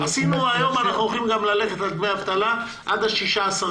היום אנחנו יכולים ללכת על דמי אבטלה,